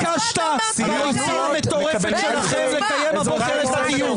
התעקשת עם הריצה המטורפת שלכם לקיים הבוקר את הדיון.